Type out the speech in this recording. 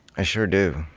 i sure do.